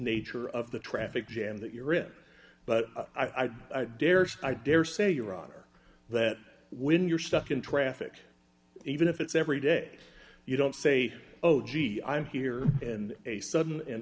nature of the traffic jam that you're in but i daresay i dare say your honor that when you're stuck in traffic even if it's every day you don't say oh gee i'm here in a sudden